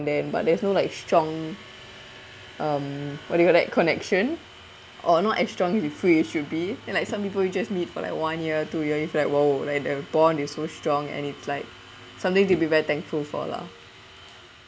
then but there's no like strong um what do you call that connection or not as strong you feel it should be and like some people you just meet for like one year two year it's like !whoa! like the bond is so strong and it's like something to be very thankful for lah